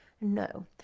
no